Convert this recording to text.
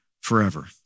forever